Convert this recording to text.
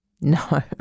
No